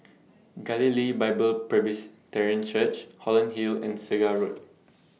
Galilee Bible Presbyterian Church Holland Hill and Segar Road